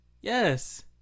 Yes